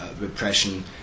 repression